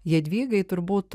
jadvygai turbūt